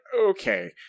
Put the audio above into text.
okay